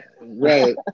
right